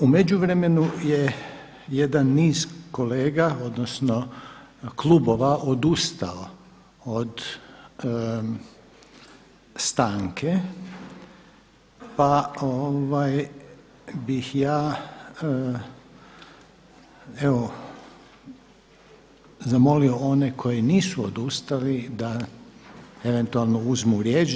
U međuvremenu je jedan niz kolega odnosno klubova odustao od stanke, pa bih ja evo zamolio one koji nisu odustali da eventualno uzmu riječ.